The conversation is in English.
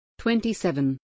27